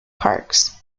parks